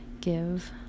give